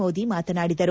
ಮೋದಿ ಮಾತನಾಡಿದರು